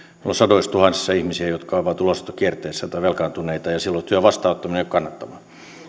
on sadoissatuhansissa ihmisiä jotka ovat ulosottokierteessä tai velkaantuneita ja silloin työn vastaanottaminen ei ole kannattavaa